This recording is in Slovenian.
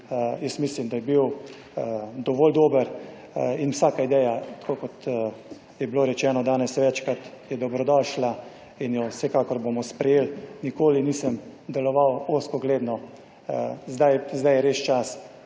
mislim, da je bil dovolj dober in vsaka ideja, tako kot je bilo rečeno danes večkrat, je dobrodošla in jo vsekakor bomo sprejeli. Nikoli nisem deloval ozkogledno. Zdaj je res čas,